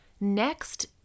Next